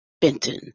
Benton